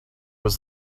was